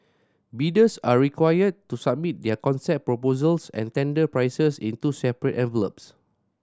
bidders are required to submit their concept proposals and tender prices in two separate envelopes